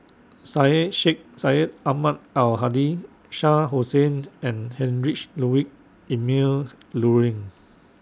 Syed Sheikh Syed Ahmad Al Hadi Shah Hussain and Heinrich Ludwig Emil Luering